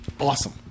awesome